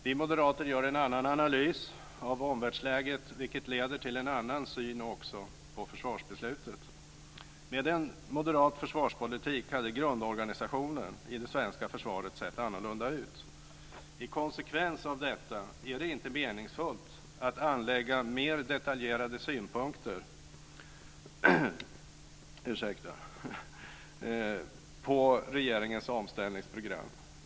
Vi moderater gör en annan analys av omvärldsläget, vilket leder till en annan syn på försvarsbeslutet. Med en moderat försvarspolitik hade grundorganisationen i det svenska försvaret sett annorlunda ut. I konsekvens av detta är det inte meningsfullt att anlägga mer detaljerade synpunkter på regeringens omställningsprogram.